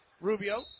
rubio